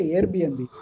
Airbnb